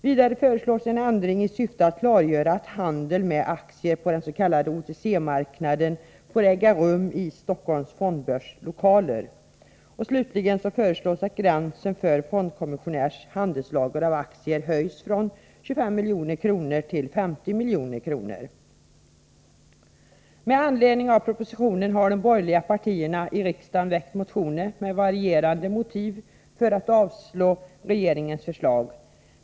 Vidare föreslås en ändring i syftet att klargöra att handel med aktier på den s.k. OTC-marknaden får äga rum i Stockholms fondbörs lokaler. Slutligen föreslås att gränsen för fondkommissionärs handelslager av aktier höjs från 25 milj.kr. till 50 milj.kr. Med anledning av propositionen har de borgerliga partierna i riksdagen väckt motioner med varierande motiv för att avslå regeringens förslag.